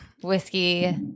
Whiskey